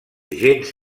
gens